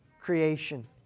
creation